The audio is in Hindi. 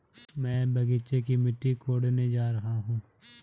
मैं बगीचे की मिट्टी कोडने जा रहा हूं